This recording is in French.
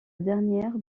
dernière